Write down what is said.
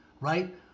right